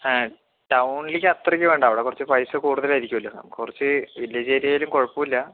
ടൗണിലേക്ക് അത്രയ്ക്ക് വേണ്ട അവിടെ കുറച്ചുപൈസ കൂടുതലാരിക്കുവല്ലോ നമുക്ക് കുറച്ചു വില്ലേജ് ഏരിയയായാലും കുഴപ്പമില്ല